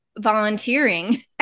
volunteering